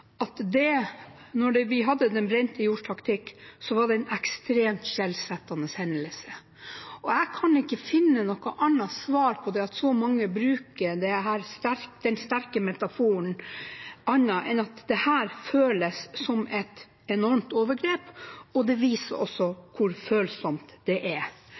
vi hadde den brente jords taktikk, var det en ekstremt skjellsettende hendelse. Jeg kan ikke finne noe svar på at så mange bruker den sterke metaforen, annet enn at dette føles som et enormt overgrep, og det viser også hvor følsomt dette er.